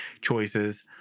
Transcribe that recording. choices